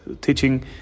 teaching